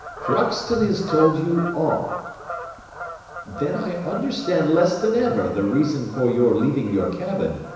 crockston has told you all then i understand less than ever the reason for your leaving your cabin,